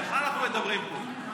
על מה אנחנו מדברים פה?